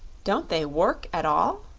don't they work at all?